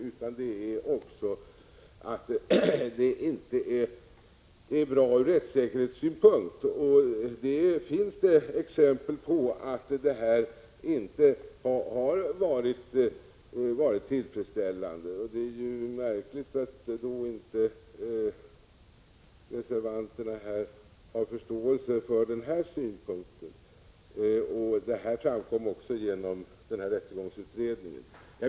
Ett sådant system är inte bra från rättssäkerhetssynpunkt. Det finns exempel på att det inte har varit tillfredsställande. Det är märkligt att inte reservanterna har förståelse för den synpunkten, som också framkom i rättegångsutredningen.